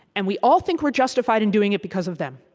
and we all think we're justified in doing it because of them.